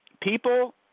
People